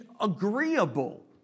agreeable